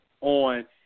on